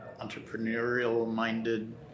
entrepreneurial-minded